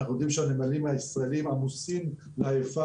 אנחנו יודעים שהנמלים הישראלים עמוסים לעייפה